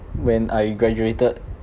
when I graduated